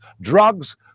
Drugs